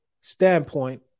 standpoint